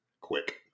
quick